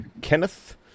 Kenneth